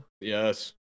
Yes